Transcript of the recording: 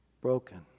Broken